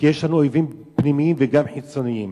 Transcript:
כי יש לנו אויבים פנימיים וגם חיצוניים.